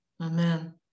Amen